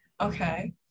Okay